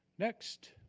next.